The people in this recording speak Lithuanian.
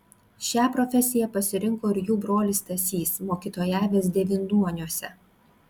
šią profesiją pasirinko ir jų brolis stasys mokytojavęs devynduoniuose